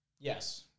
Yes